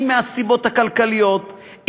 אם מסיבות כלכליות,